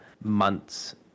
months